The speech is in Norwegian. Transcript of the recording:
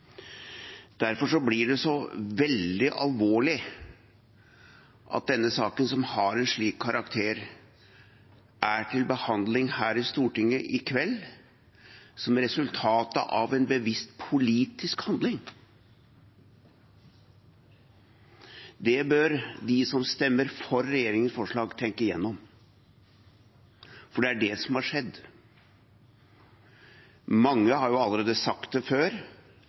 Derfor blir det så veldig alvorlig at denne saken, som har en slik karakter, er til behandling her i Stortinget i kveld som resultatet av en bevisst politisk handling. Det bør de som stemmer for regjeringens forslag, tenke gjennom, for det er det som har skjedd. Mange har allerede sagt det,